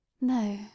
No